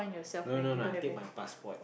no no I take my passport